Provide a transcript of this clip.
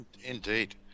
Indeed